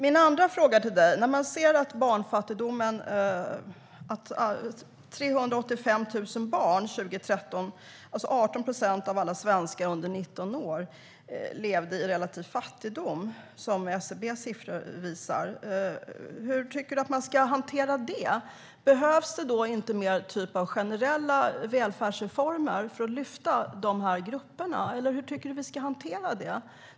Min andra fråga är: SCB:s siffror visar att 385 000 barn, det vill säga 18 procent av alla svenskar under 19 år, levde i relativ fattigdom 2013 - hur tycker du att man ska hantera det? Behövs det inte mer generella välfärdsreformer för att lyfta dessa grupper, eller hur tycker du att vi ska hantera det?